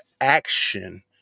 action